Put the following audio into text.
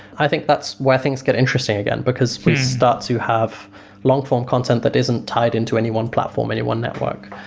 i think, that's where things get interesting again, because we start to have long-form content that isn't tied into any one platform, any one network,